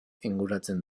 inguratzen